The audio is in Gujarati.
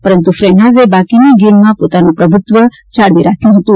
પરંતુ ફ્રેનાઝે બાકીની ગેઇમમાં પોતાનું પ્રભુત્વ જાળવી રાખ્યું હતું